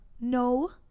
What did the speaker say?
No